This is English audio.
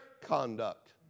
conduct